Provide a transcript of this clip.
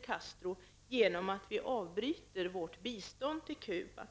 Castro genom att vi avbryter vårt bistånd till Cuba?